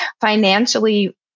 financially